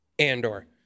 Andor